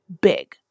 big